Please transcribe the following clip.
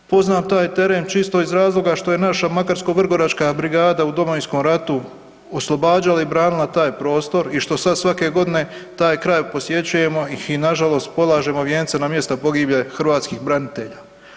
Poznam taj teren čisto iz razloga što je naša makarsko vrgoračka brigada u Domovinskom ratu oslobađala i branila taj prostor i što sad svake godine taj kraj posjećujemo i nažalost polažemo vijence na mjesta pogibije hrvatskih branitelja.